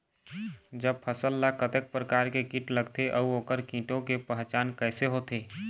जब फसल ला कतेक प्रकार के कीट लगथे अऊ ओकर कीटों के पहचान कैसे होथे?